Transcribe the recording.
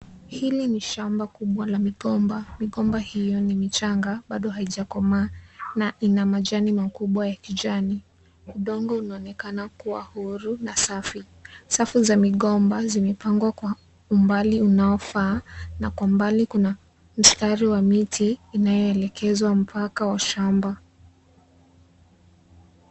Hili ni shamba kubwa la migomba. Migomba hiyo ni michanga, bado haijakomaa na ina majani makubwa ya kijani. Udongo inaonekana kuwa huru na safi. Safu za migomba zimepangwa kwa umbali unaofaa na kwa mbali kuna mstari wa miti inayoelekezwa mpaka wa shamba.